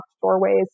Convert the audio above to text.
doorways